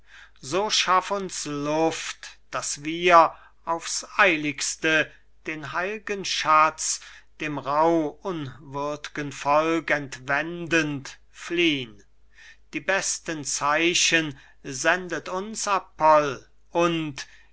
so schaff uns luft daß wir auf's eiligste den heil'gen schatz dem rauh unwürd'gen volk entwendend fliehn die besten zeichen sendet uns apoll und